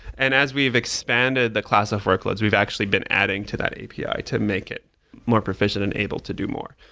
and as we've expanded the class of workloads, we've actually been adding to that api to make it more proficient and able to do more.